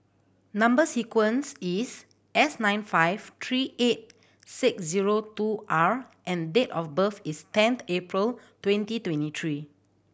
number sequence is S nine five three eight six zero two R and date of birth is tenth April twenty twenty three